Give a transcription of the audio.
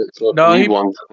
No